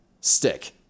stick